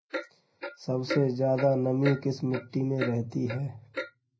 सबसे ज्यादा नमी किस मिट्टी में रहती है?